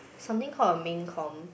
something called a main comm